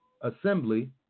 assembly